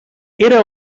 era